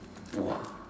!wah!